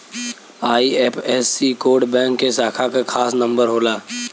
IFSC code bank के शाखा क खास नंबर होला